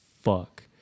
fuck